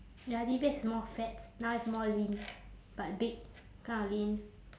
ya D_B_S it's more fats now it's more lean but big kind of lean